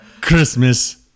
Christmas